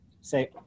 say